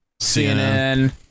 CNN